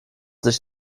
sich